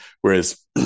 Whereas